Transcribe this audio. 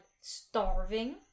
starving